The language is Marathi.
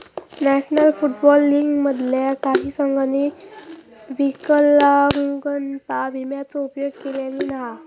नॅशनल फुटबॉल लीग मधल्या काही संघांनी विकलांगता विम्याचो उपयोग केल्यानी हा